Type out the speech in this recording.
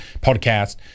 podcast